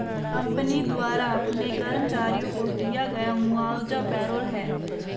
company द्वारा अपने कर्मचारियों को दिया गया मुआवजा पेरोल है